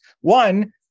One